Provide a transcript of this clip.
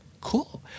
Cool